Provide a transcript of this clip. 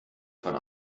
von